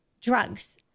Drugs